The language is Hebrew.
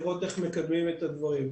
לראות איך מקדמים את הדברים.